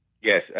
Yes